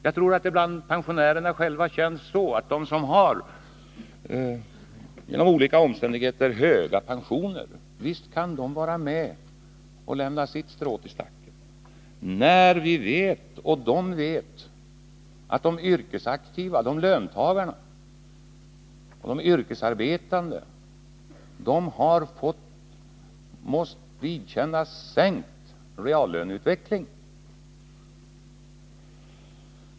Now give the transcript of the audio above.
Jag tror att det bland pensionärerna själva känns så, att de som genom olika omständigheter har höga pensioner visst kan vara med och dra sitt strå till stacken när vi och de vet att de yrkesaktiva, löntagarna, har måst vidkännas en sänkning av reallönen.